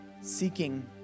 seeking